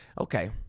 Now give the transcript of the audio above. Okay